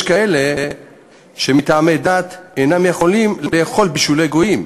יש כאלה שמטעמי דת אינם יכולים לאכול בישולי גויים,